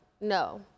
no